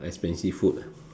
expensive food lah